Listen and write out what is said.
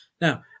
Now